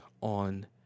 on